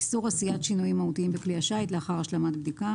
99.איסור עשיית שינויים מהותיים בכלי השיט לאחר השלמת בדיקה